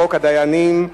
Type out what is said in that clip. הצעת חוק הדיינים (תיקון,